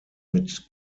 mit